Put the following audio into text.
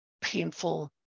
painful